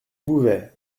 bouvet